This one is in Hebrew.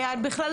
ובכלל,